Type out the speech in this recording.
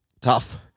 Tough